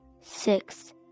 six